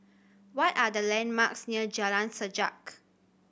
what are the landmarks near Jalan Sajak